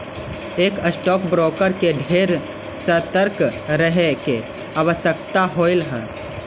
एक stock broker के ढेर सतर्क रहे के आवश्यकता होब हई